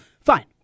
fine